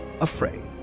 afraid